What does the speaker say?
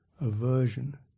aversion